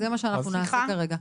זה מה שנעשה כרגע.